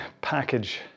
package